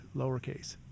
lowercase